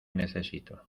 necesito